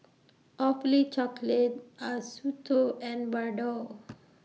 Awfully Chocolate Acuto and Bardot